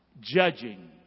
Judging